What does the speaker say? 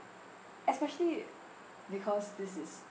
especially because this is